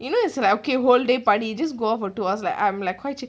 you know it's like okay whole day party just go out for two hours like I'm like quite